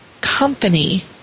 company